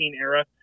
era